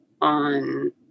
on